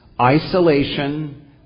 isolation